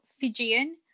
Fijian